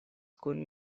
kun